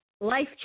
life